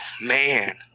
man